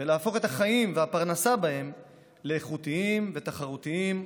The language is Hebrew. ולהפוך את החיים והפרנסה בהם לאיכותיים ותחרותיים,